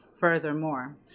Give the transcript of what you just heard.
Furthermore